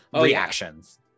reactions